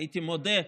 הייתי מודה,